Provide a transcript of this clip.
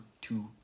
two